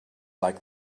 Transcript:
like